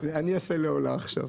אני השה לעולה עכשיו.